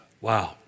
Wow